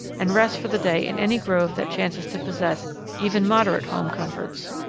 and rest for the day in any grove that chances to possess even moderate home comforts.